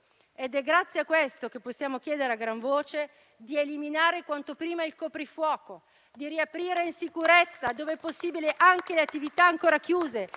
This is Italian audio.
È grazie a questo che possiamo chiedere a gran voce di eliminare quanto prima il coprifuoco, di riaprire in sicurezza, dove possibile, anche le attività ancora chiuse